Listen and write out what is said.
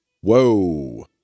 Whoa